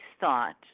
thought